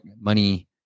money